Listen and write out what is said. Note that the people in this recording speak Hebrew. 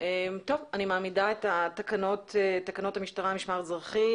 אני מעמידה את תקנות המשטרה (משמר אזרחי)